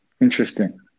Interesting